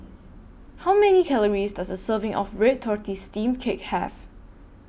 How Many Calories Does A Serving of Red Tortoise Steamed Cake Have